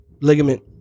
Ligament